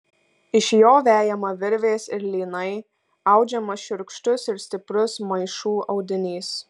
iš jo vejama virvės ir lynai audžiamas šiurkštus ir stiprus maišų audinys